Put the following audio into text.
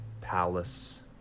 palace